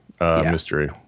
mystery